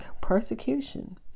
persecution